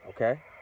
okay